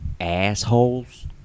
assholes